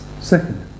Second